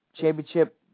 Championship